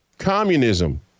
Communism